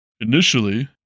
Initially